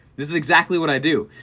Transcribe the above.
this is exactly what i do,